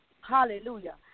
Hallelujah